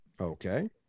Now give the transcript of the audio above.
Okay